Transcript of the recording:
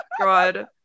God